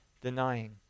denying